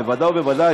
בוודאי ובוודאי,